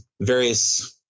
various